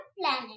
planet